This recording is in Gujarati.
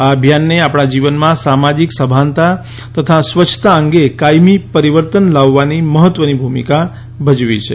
આ અભિયાને આપણા જીવનમાં સામાજિક સભાનતા તથા સ્વચ્છતા અંગે કાયમી પરિવર્તન લાવવાની મહત્વની ભૂમિકા ભજવી છે